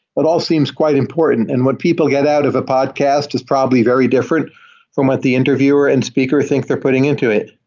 but all seems quite important, and what people get out of a podcast is probably very different from what the interviewer and speaker think they're putting into it.